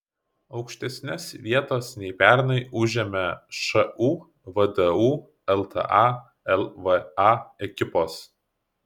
aukštesnes vietas nei pernai užėmė šu vdu lta lva ekipos